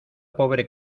pobre